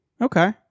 Okay